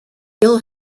ill